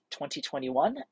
2021